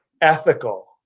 ethical